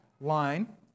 line